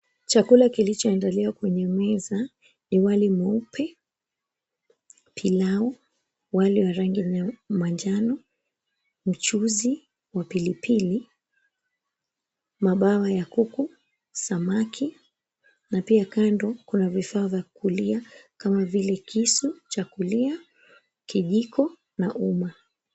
Chakula kilichoandaliwa kwenye meza ni wali mweupe, pilau, wali wa rangi manjano, mchuzi wa pilipili, mabawa ya kuku, samaki na pia kando kuna vifaa vya kukulia kama vile kisu cha kulia, kijiko na uma.